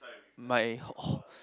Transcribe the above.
my